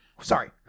Sorry